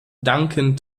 duncan